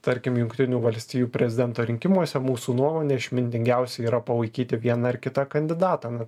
tarkim jungtinių valstijų prezidento rinkimuose mūsų nuomone išmintingiausia yra palaikyti vieną ar kitą kandidatą